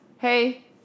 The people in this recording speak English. Hey